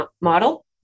model